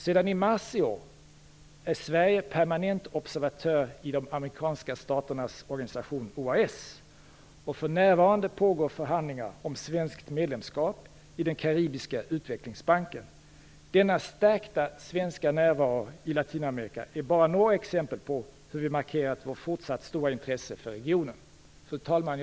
Sedan i mars i år är Sverige permanent observatör i Amerikanska Staternas Organisation, OAS, och för närvarande pågår förhandlingar om svenskt medlemskap i den karibiska utvecklingsbanken. Denna stärkta svenska närvaro i Latinamerika är bara några exempel på hur vi har markerat vårt fortsatt stora intresse för regionen.